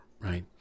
right